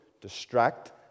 distract